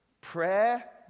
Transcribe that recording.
prayer